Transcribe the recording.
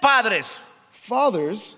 Fathers